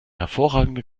hervorragende